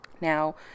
Now